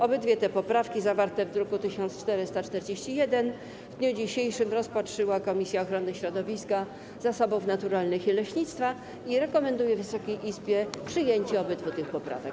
Obydwie te poprawki zawarte w druku nr 1441 w dniu dzisiejszym rozpatrzyła Komisja Ochrony Środowiska, Zasobów Naturalnych i Leśnictwa i rekomenduje Wysokiej Izbie przyjęcie obydwu tych poprawek.